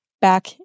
back